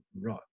right